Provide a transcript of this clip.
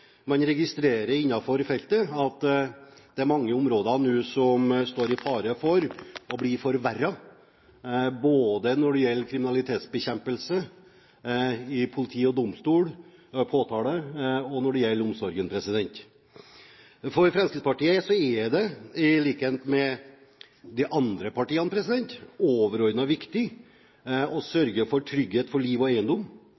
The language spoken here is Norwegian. man innenfor feltet registrerer at det på mange områder nå er fare for forverring, både når det gjelder kriminalitetsbekjempelse for politi, domstol og påtale, og når det gjelder omsorgen. For Fremskrittspartiet er det – i likhet med de andre partiene – overordnet viktig å